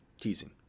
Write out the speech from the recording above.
teasing